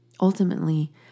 Ultimately